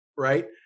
right